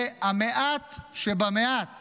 זה המעט שבמעט